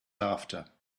after